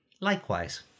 Likewise